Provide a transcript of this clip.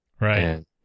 Right